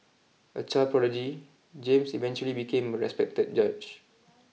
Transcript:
a child prodigy James eventually became a respected judge